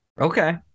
Okay